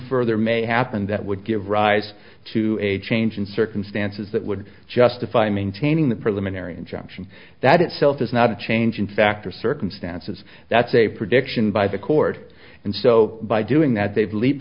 further may happen that would give rise to a change in circumstances that would justify maintaining the preliminary injunction that itself is not a change in fact or circumstances that's a prediction by the court and so by doing that they've leap